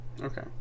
okay